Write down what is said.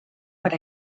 per